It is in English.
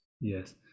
yes